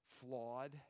flawed